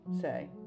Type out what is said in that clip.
say